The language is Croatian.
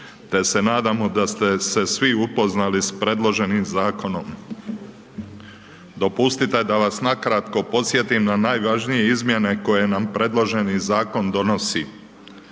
te se nadamo da ste se svi upoznali s predloženim zakonom. Dopustite da vas na kratko podsjetim na najvažnije izmjene koje nam predloženi zakon donosi.